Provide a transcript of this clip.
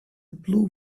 blue